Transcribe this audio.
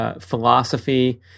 philosophy